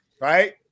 right